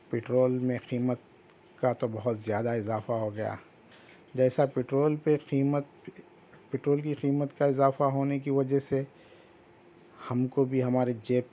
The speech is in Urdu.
پٹرول میں قیمت کا تو بہت زیادہ اضافہ ہو گیا جیسا پٹرول پہ قیمت پٹرول کی قیمت کا اضافہ ہونے کی وجہ سے ہم کو بھی ہمارے جیب